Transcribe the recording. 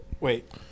wait